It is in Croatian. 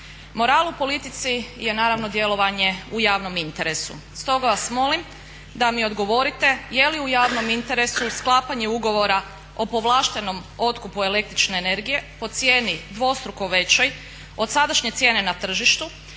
Moral u politici je naravno djelovanje u javnom interesu. Stoga vas molim da mi odgovorite, jeli u javnom interesu sklapanje ugovora o povlaštenom otkupu el.energije po cijeni dvostruko većoj od sadašnje cijene na tržištu